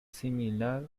similar